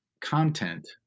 content